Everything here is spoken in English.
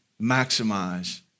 maximize